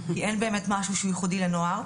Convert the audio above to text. כי אין באמת משהו שהוא ייחודי לנוער.